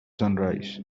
sunrise